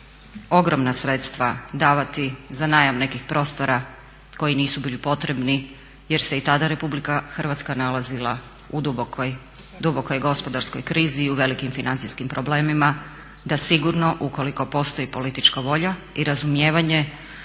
ogromna sredstva davati za najam nekih prostora koji nisu bili potrebni jer se i tada RH nalazila u dubokoj gospodarskoj krizi i u velikim financijskim problemima da sigurno ukoliko postoji politička volja i razumijevanje